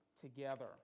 together